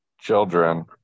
children